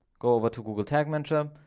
go over to google tag manager,